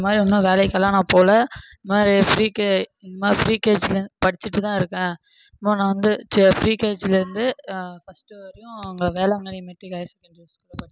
இந்த மாதிரி இன்னும் வேலைக்கெலாம் நான் போகல இந்த மாதிரி ஃப்ரீக்கு இந்தமாரி ஃப்ரீகேஜிலேருந்து படித்துட்டுதான் இருக்கேன் நான் வந்து ஃப்ரீகேஜிலேருந்து ஃபஸ்ட்டு வரையும் அங்கே வேளாங்கண்ணி மெட்ரிக் ஹையர் செகண்டரி ஸ்கூலில் படித்தேன்